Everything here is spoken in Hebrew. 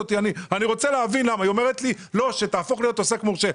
היא אומרת לי: "שתהפוך להיות עוסק מורשה".